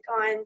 on